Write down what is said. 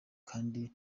kandi